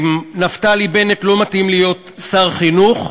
נפתלי בנט לא מתאים להיות שר חינוך,